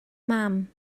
mam